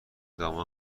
دامن